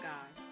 God